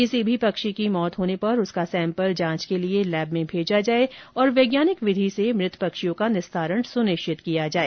किसी भी पक्षी की मौत होने पर उसका सैम्पल जांच के लिए लैब में भेजा जाए और वैज्ञानिक विधि से मृत पक्षियों का निस्तारण सुनिश्चित किया जाए